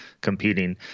competing